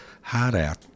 hard-out